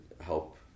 help